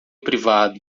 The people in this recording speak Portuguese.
privado